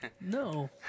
No